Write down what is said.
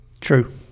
True